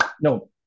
no